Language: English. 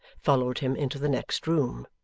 followed him into the next room.